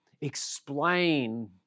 explain